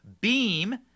Beam